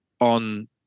on